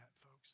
folks